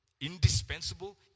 indispensable